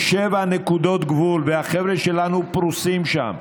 יש שבע נקודות גבול, והחבר'ה שלנו פרוסים שם,